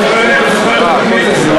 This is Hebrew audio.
אני לא יודע אם אתה זוכר את התוכנית הזאת.